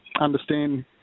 understand